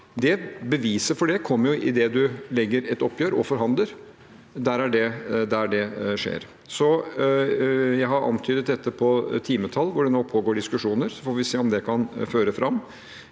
og opptrapping, kommer idet man legger fram et oppgjør og forhandler. Det er der det skjer. Jeg har antydet dette med timetall, hvor det nå pågår diskusjoner. Vi får se om det kan føre fram.